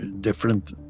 different